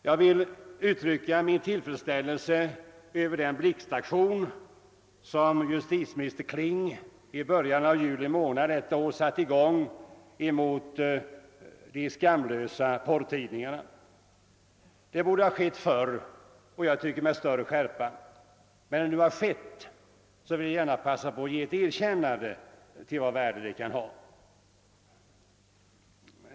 Jag vill uttrycka min tillfredsställelse över den blixtaktion som justitieminister Kling i början av juli månad i år satte i gång mot de skamlösa porrtidningarna. Det borde ha skett förr och med större skärpa, men när det nu har skett vill jag gärna passa på att ge ett erkännande till det värde det nu har.